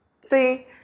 see